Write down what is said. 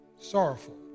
sorrowful